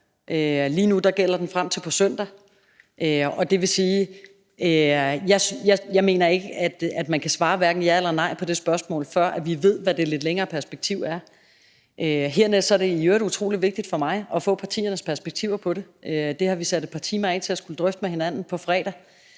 Lige nu gælder den frem til på søndag, og det vil sige, at jeg hverken mener, at man kan svare ja eller nej på det spørgsmål, før vi ved, hvad det lidt længere perspektiv er. Hernæst er det i øvrigt utroligt vigtigt for mig at få partiernes perspektiver på det. Det har vi sat et par timer af til at skulle drøfte med hinanden på fredag,